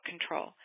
control